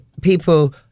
people